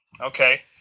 Okay